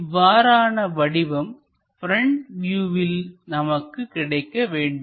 இவ்வாறான வடிவம் ப்ரெண்ட் வியூவில் நமக்கு கிடைக்க வேண்டும்